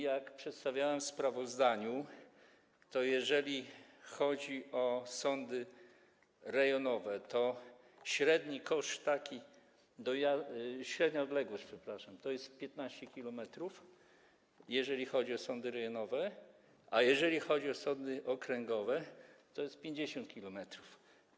Jak przedstawiałem w sprawozdaniu, jeżeli chodzi o sądy rejonowe, to średni koszt takich, średnia odległość przepraszam, to jest 15 km, jeżeli chodzi o sądy rejonowe, a jeżeli chodzi o sądy okręgowe, to jest 50 km.